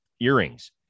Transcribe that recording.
earrings